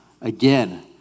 again